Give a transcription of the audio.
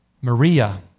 Maria